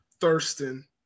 Thurston